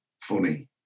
funny